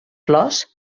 flors